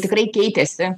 tikrai keitėsi